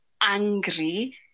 angry